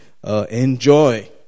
Enjoy